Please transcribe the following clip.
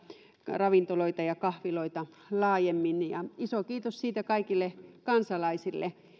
ravintoloita ja kahviloita laajemmin iso kiitos siitä kaikille kansalaisille